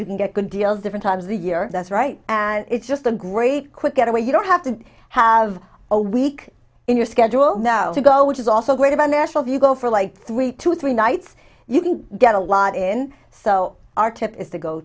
you can get good deals different times the year that's right and it's just a great quick getaway you don't have to have a week in your schedule now to go which is also great of a national you go for like three to three nights you can get a lot in so our tip is to go